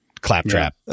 claptrap